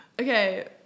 Okay